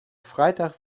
freitag